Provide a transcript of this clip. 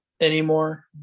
anymore